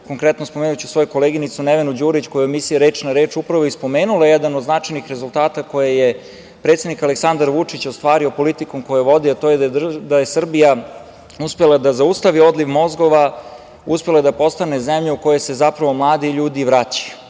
Konkretno, spomenuću svoju koleginicu Nevenu Đurić koja je u emisiji „Reč na reč“ upravo i spomenula jedan od značajnih rezultata koje je predsednik Aleksandar Vučić ostvario politikom koju vodi, a to je da je Srbija uspela da zaustavi odliv mozgova, uspela da postane zemlja u koju se zapravo mladi ljudi vraćaju. Ma